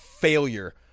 Failure